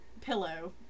Pillow